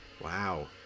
wow